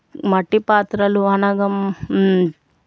మట్టి పాత్రలు అనగా